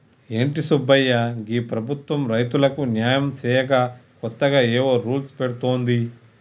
ఏంటి సుబ్బయ్య గీ ప్రభుత్వం రైతులకు న్యాయం సేయక కొత్తగా ఏవో రూల్స్ పెడుతోంది